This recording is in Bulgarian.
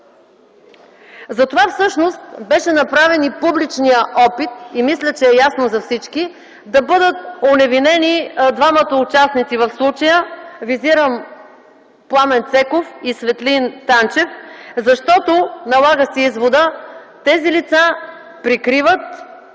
Затова всъщност беше направен и публичният опит, мисля, че е ясно за всички, да бъдат оневинени двамата участници в случая. Визирам Пламен Цеков и Светлин Танчев. Защото се налага изводът: тези лица прикриват